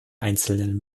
einzelnen